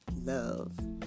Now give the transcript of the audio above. love